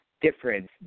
difference